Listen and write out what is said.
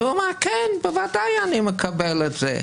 אז הוא אמר: כן, בוודאי אני מקבל את זה.